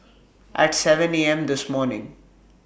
At seven A M This morning